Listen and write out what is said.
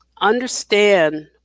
understand